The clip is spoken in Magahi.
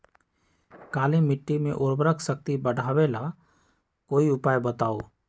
काली मिट्टी में उर्वरक शक्ति बढ़ावे ला कोई उपाय बताउ?